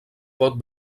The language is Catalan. pot